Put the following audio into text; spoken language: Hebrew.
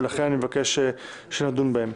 ולכן אני מבקש שנדון בהן.